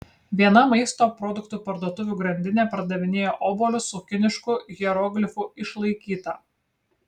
viena maisto produktų parduotuvių grandinė pardavinėja obuolius su kinišku hieroglifu išlaikyta